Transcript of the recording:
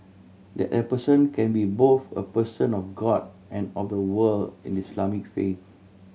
that a person can be both a person of God and of the world in Islamic faith